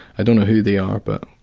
i don't know who they are, but